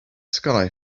sky